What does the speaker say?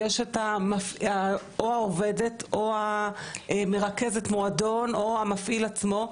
יש את העובדת או מרכזת המועדון או המפעיל עצמו,